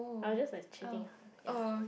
I was just like cheating her ya